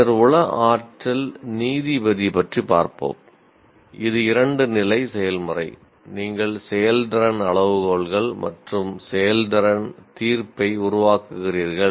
பின்னர் உள ஆற்றல் நீதிபதி பற்றி பார்ப்போம் இது 2 நிலை செயல்முறை நீங்கள் செயல்திறன் அளவுகோல்கள் மற்றும் செயல்திறன் தீர்ப்பை உருவாக்குகிறீர்கள்